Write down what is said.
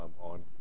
on